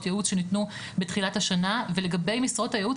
ייעוץ שניתנו בתחילת השנה ולגבי משרות הייעוץ,